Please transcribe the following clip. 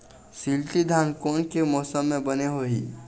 शिल्टी धान कोन से मौसम मे बने होही?